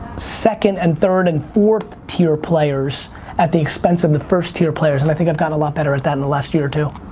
second and third and fourth tier players at the expense of the first tier players, and i think i've gotten a lot better at that in the last year or two.